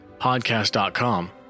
Podcast.com